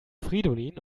fridolin